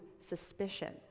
suspicion